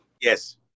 Yes